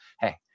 hey